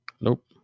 Nope